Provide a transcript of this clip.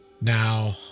Now